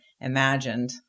imagined